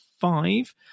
five